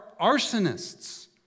arsonists